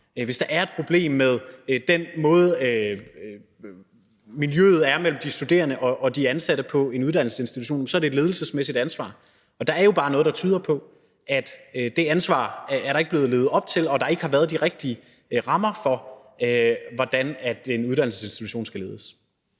hvis der er et problem med den måde, miljøet er på mellem de studerende og de ansatte på en uddannelsesinstitution, er det et ledelsesmæssigt ansvar. Og der er jo bare noget, der tyder på, at der ikke er blevet levet op til det ansvar, og at der ikke har været de rigtige rammer for, hvordan en uddannelsesinstitution skal ledes.